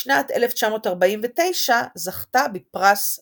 בשנת 1949 זכתה בפרס רופין.